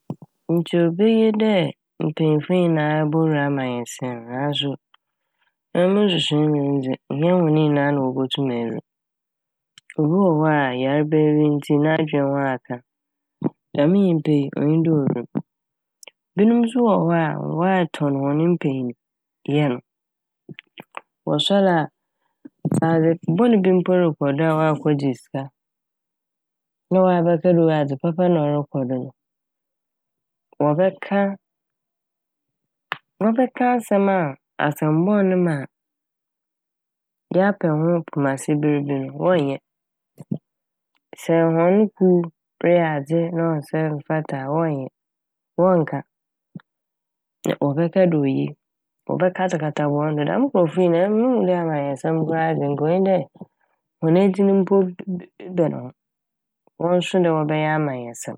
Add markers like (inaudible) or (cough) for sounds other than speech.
Nkyɛ obeye dɛ mpanyimfo nyinaa bowura amanyɔsɛm mu naaso emi mo nsusui mu ne dze nnyɛ hɔn ne nyinaa na wobotum ewura m'. Obi wɔ hɔ a yarba bi ntsi n'adwen ho aka dɛm nyimpa yi (noise) onnyi dɛ owura m'. Binom so wɔ hɔ a wɔatɔn hɔn mpanyin..yɛ no. (noise) Wɔsɔr a (noise) sɛ adze bɔn bi mpo rokɔ do a na wɔakɔgye sika na wɔabɛka dɛ oh! adze papa na ɔrokɔ do no. Wɔbɛka (noise) wɔbɛka asɛm a asɛm bɔn no ma a yɛapɛ ho pomasiber bi no wɔnnyɛ. Sɛ hɔn kuw reyɛ adze na ɔnnsɛ mmfata a wɔnnyɛ wɔnnka (noise) wɔbɛka dɛ oye, wɔbɛkatakata hɔn do. Dɛm nkorɔfo nyinaa emi muhu dɛ amanyɔsɛm koraa de nka onnyi dɛ hɔn edzin mpo dd- dd- ebɛn ho wonnso dɛ wɔbɛyɛ amanyɔsɛm.